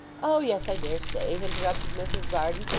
oh yes, i dare say interrupted mrs varden,